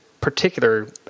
particular